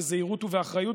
בזהירות ובאחריות,